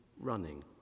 running